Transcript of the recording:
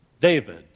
David